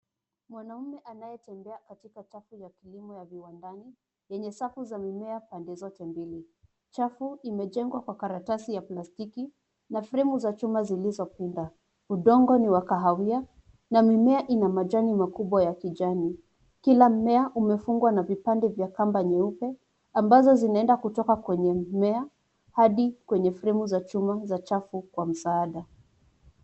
Mwanaume anayetembea katika chafu ya kilimo ya viwandani yenye safu za mimea pande zote mbili. Chafu imejengwa kwa karatasi ya plastiki na fremunza chuma zilizopinda. Udongo ni wa kahawia na mimea ina majani makubwa ya kijani. Kila mmea umefungwa na vipande vya kamba nyeupe ambazo zinaenda kutoka kwenye mimea hadi kwenye fremu za chum za chafu kwa msaada.